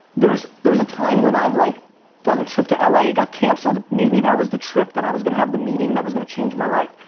there's there's a time when i've like done a trip to la, it got canceled, maybe that was the trip that i was gonna have the meeting that was change my life.